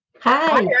Hi